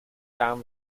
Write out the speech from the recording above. down